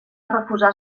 refusar